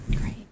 Great